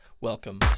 Welcome